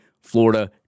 Florida